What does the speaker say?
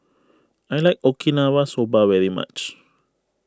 I like Okinawa Soba very much